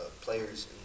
players